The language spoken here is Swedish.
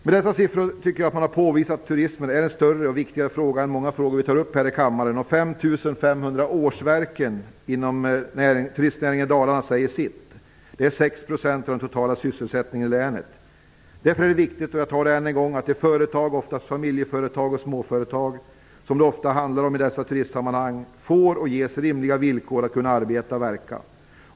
Med dessa siffror tycker jag att man har påvisat att turismen är en större och viktigare fråga än många frågor vi tar upp här i kammaren. 5 500 årsverken inom turistnäringen i Dalarna säger sitt. Det är 6 % av den totala sysselsättningen i länet. Därför är det viktigt - jag nämner det ännu en gång - att de företag, oftast familjeföretag och småföretag, som det handlar om i dessa turistsammanhang får och ges rimliga villkor att kunna arbeta och verka.